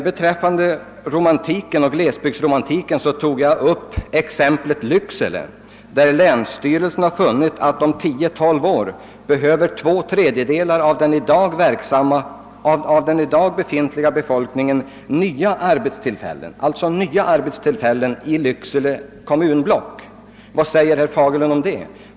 Beträffande glesbygdsromantiken tog jag upp exemplet Lycksele kommunblock, där länsstyrelsen funnit att två tredjedelar av den i dag befintliga befolkningen om tio, tolv år behöver nya arbetstillfällen. Vad säger herr Fagerlund om det?